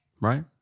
Right